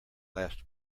last